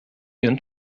ihren